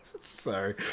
sorry